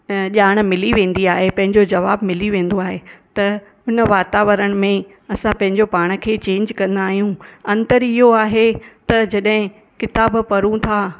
त ॼाण मिली वेंदी आहे पंहिंजो ज़वाबु मिली वेंदो आहे त हुन वातावरणु में असां पंहिंजो पाण खे चेंज कंदा आहियूं अंतर इहो आहे त जॾहिं क़िताबु पढ़ूं था